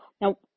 Now